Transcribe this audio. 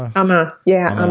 amma yeah,